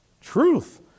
truth